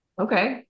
Okay